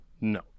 No